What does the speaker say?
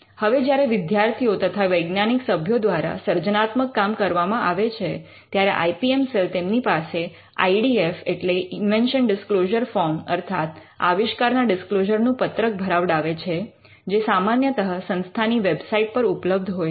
હવે જ્યારે વિદ્યાર્થીઓ તથા વૈજ્ઞાનિક સભ્યો દ્વારા સર્જનાત્મક કામ કરવામાં આવે છે ત્યારે આઇ પી એમ સેલ તેમની પાસે આઇ ડી એફ એટલે ઇન્વેન્શન ડિસ્ક્લોઝર ફોર્મ અર્થાત આવિષ્કારના ડિસ્ક્લોઝર નું પત્રક ભરાવડાવે છે જે સામાન્યતઃ સંસ્થા ની વેબસાઈટ પર ઉપલબ્ધ હોય છે